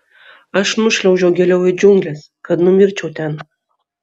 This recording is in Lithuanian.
aš nušliaužiau giliau į džiungles kad numirčiau ten